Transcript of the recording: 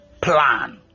plan